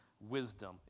wisdom